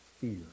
fear